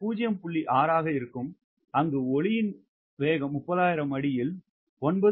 6 ஆக இருக்கும் ஒலியின் வேகம் 30000 அடி 994